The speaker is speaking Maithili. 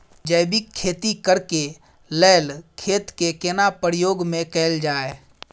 जैविक खेती करेक लैल खेत के केना प्रयोग में कैल जाय?